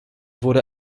wurde